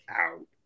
out